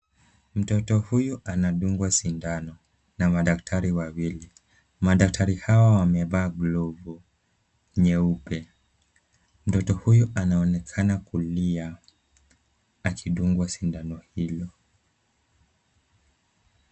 Mtoto huyu anadungwa sindano na madaktari wawili. Madaktari hawa wamevaa glovu nyeupe. Mtoto huyu anaonekana kulia, akidungwa sindano hilo.